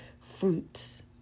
fruits